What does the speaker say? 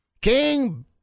King